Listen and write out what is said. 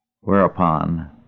Whereupon